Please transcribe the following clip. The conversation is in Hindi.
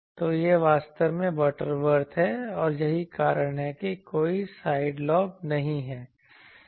तो यह वास्तव में बटरवर्थ है और यही कारण है कि कोई साइड लॉब नहीं हैं